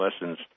Lessons